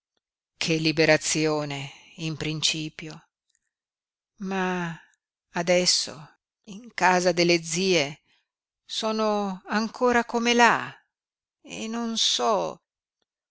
che liberazione in principio ma adesso in casa delle zie sono ancora come là e non so